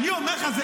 אני אומר לך.